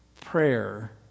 prayer